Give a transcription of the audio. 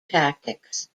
tactics